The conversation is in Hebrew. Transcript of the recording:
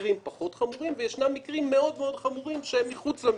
מקרים פחות חמורים וישנם מקרים יותר חמורים שהם מחוץ למשפחה.